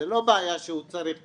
זה לא בעיה שהוא צריך קבר,